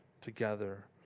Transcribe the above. together